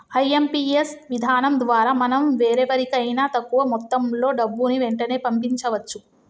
IMPS విధానం ద్వారా మనం వేరెవరికైనా తక్కువ మొత్తంలో డబ్బుని వెంటనే పంపించవచ్చు